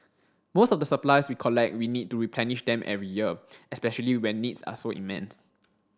most of the supplies we collect we need to replenish them every year especially when needs are so immense